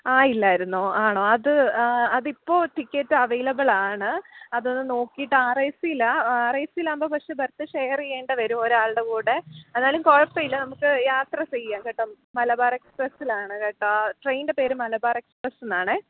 ആയില്ലായിരുന്നോ ആണോ അത് അത് ഇപ്പോൾ ടിക്കറ്റ് അവൈലബിള് ആണ് അതൊന്ന് നോക്കിയിട്ട് ആറ് ഏ സി ലാ ആറ് ഏ സി ലാവുമ്പോൾ പക്ഷെ ബർത്ത് ഷെയറ് ചെയ്യേണ്ട വരും ഒരു ആളുടെ കൂടെ എന്നാലും കുഴപ്പം ഇല്ല നമുക്ക് യാത്ര ചെയ്യാം കേട്ടോ മലബാർ എക്സ്പ്രെസ്സിലാണ് കേട്ടോ ട്രെയിനിൻ്റെ പേര് മലബാർ എക്സ്പ്രെസ്സ് എന്നാണേ